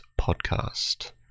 podcast